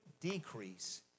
decrease